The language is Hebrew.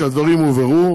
שהדברים יובהרו,